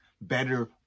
Better